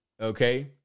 okay